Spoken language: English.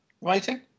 writing